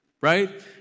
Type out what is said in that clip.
right